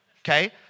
okay